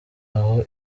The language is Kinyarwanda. aho